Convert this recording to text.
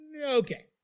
okay